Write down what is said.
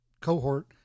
cohort